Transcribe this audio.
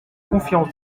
confiance